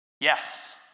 Yes